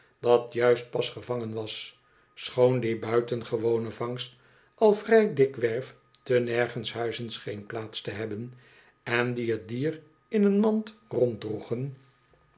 dat juist pas gevangen was schoon die buitengewone vangst al vrij dikwerf te nergenshuizen scheen plaats te hebben en die het dier in een mand